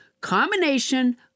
combination